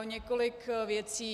Několik věcí.